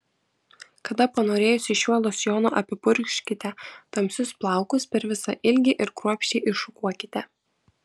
kada panorėjusi šiuo losjonu apipurkškite tamsius plaukus per visą ilgį ir kruopščiai iššukuokite